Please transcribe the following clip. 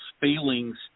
feelings